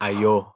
Ayo